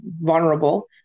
vulnerable